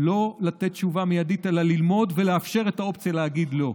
לא לתת תשובה מיידית אלא ללמוד ולאפשר את האופציה להגיד לא.